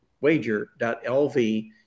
wager.lv